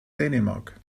dänemark